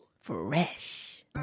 Fresh